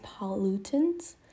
pollutants